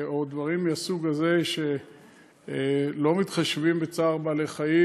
דברים מהסוג הזה שלא מתחשבים בצער בעלי חיים,